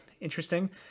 interesting